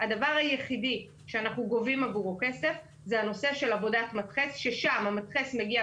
וזה גורם לנזק אדיר